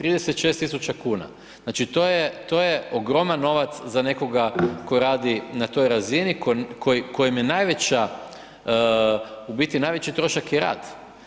36.000,00 kn, znači, to je ogroman novac za nekoga tko radi na toj razini, kojem je najveća, u biti najveći trošak je rad.